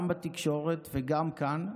גם בתקשורת וגם כאן,